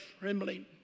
trembling